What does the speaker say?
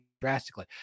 drastically